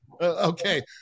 Okay